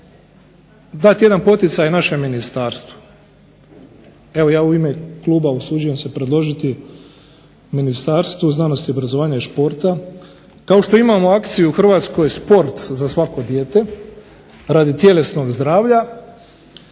dati jedan poticaj našem ministarstvu. Evo ja u ime kluba usuđujem se predložiti Ministarstvu znanosti, obrazovanja i športa kao što imamo akciju "Sport za svako dijete" radi tjelesnog zdravlja,